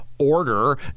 order